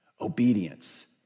Obedience